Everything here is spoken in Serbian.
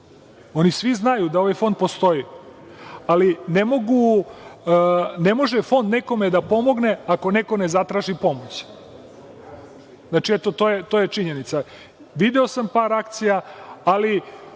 oni svi znaju da ovaj fond postoji, ali ne može fond nekome da pomogne ako neko ne zatraži pomoć. Eto, to je činjenica. Video sam par akcija, ali